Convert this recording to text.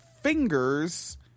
fingers